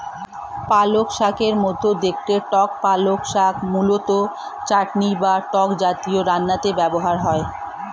পালংশাকের মতো দেখতে টক পালং শাক মূলত চাটনি বা টক জাতীয় রান্নাতে ব্যবহৃত হয়